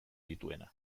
dituena